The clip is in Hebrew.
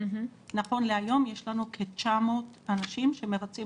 נכון להיום יש לנו כ-900 אנשים שמבצעים